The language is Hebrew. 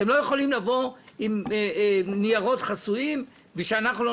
אתם לא יכולים לבוא עם ניירות חסויים ושאנחנו לא